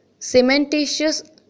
cementitious